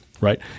right